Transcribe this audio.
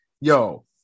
Yo